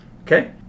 Okay